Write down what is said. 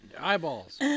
Eyeballs